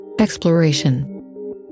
Exploration